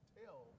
tell